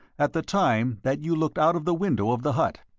at the time that you looked out of the window of the hut.